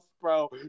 bro